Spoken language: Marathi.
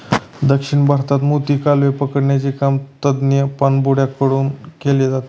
दक्षिण भारतात मोती, कालवे पकडण्याचे काम तज्ञ पाणबुड्या कडून केले जाते